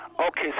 Okay